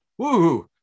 woohoo